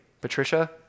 Patricia